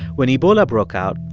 when ebola broke out,